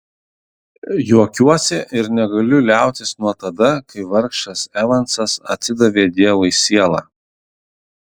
juokiuosi ir negaliu liautis nuo tada kai vargšas evansas atidavė dievui sielą